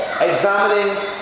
Examining